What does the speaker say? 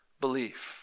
belief